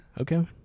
Okay